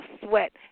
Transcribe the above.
sweat